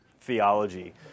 theology